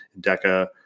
DECA